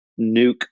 nuke